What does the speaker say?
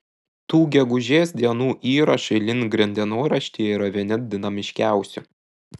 tų gegužės dienų įrašai lindgren dienoraštyje yra vieni dinamiškiausių